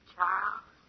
Charles